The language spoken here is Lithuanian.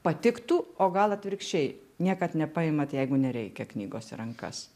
patiktų o gal atvirkščiai niekad nepaimat jeigu nereikia knygos į rankas